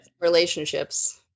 relationships